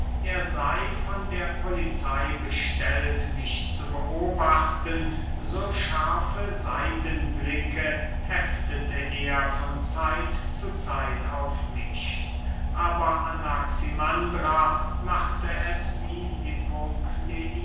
er sey von der polizey bestellt mich zu beobachten so scharfe seitenblicke heftete er von zeit zu zeit auf mich aber anaximandra machte es wie hippokleides